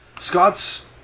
Scott's